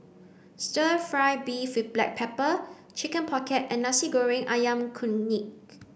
stir fry beef with black pepper chicken pocket and Nasi Goreng Ayam Kunyit